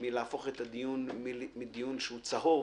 אבקש להפוך את הדיון מדיון צהוב